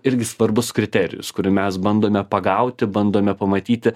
irgi svarbus kriterijus kurį mes bandome pagauti bandome pamatyti